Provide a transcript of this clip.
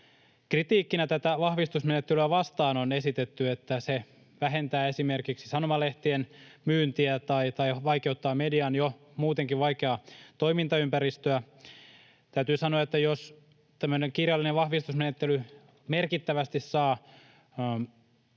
Kritiikkinä tätä vahvistusmenettelyä vastaan on esitetty, että se vähentää esimerkiksi sanomalehtien myyntiä tai vaikeuttaa median jo muutenkin vaikeaa toimintaympäristöä. Täytyy sanoa, että jos tämmöinen kirjallinen vahvistusmenettely merkittävästi saa